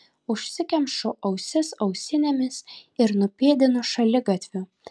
užsikemšu ausis ausinėmis ir nupėdinu šaligatviu